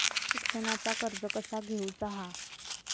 शिक्षणाचा कर्ज कसा घेऊचा हा?